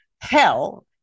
hell